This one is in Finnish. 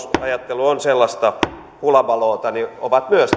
talousajattelu on sellaista hulabaloota ovat myös